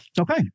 okay